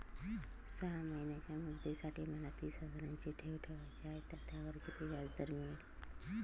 सहा महिन्यांच्या मुदतीसाठी मला तीस हजाराची ठेव ठेवायची आहे, तर त्यावर किती व्याजदर मिळेल?